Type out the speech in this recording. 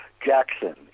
Jackson